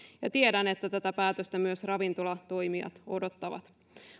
ja tiedän että tätä päätöstä myös ravintolatoimijat odottavat